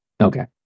Okay